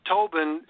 Tobin